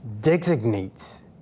designates